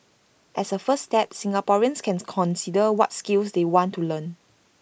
as A first step Singaporeans can consider what skills they want to learn